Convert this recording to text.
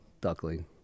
duckling